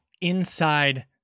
inside